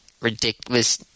ridiculous